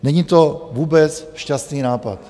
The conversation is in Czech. Není to vůbec šťastný nápad.